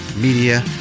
Media